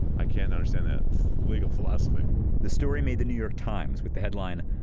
i cannot understand that legal philosophy the story made the new york times with the headline,